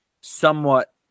somewhat